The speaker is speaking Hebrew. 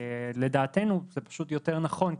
לדעתנו זה יותר נכון,